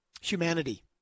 humanity